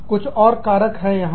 कुछ और कारक यहां है